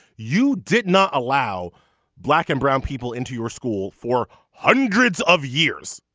you did not allow black and brown people into your school for hundreds of years.